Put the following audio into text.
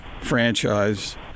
franchise